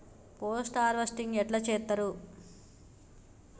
Post harvesting ఎట్ల చేత్తరు?